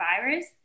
virus